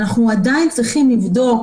אנחנו עדיין צריכים לבדוק